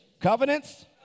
Covenants